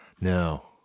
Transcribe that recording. no